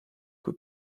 kui